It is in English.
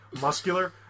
muscular